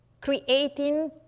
creating